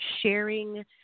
sharing